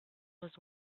was